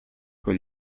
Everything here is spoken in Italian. con